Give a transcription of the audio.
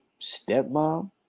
Stepmom